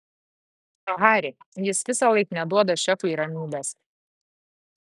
hari jis visąlaik neduoda šefui ramybės